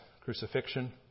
crucifixion